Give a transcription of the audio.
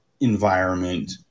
environment